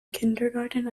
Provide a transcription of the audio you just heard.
kindergarten